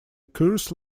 coors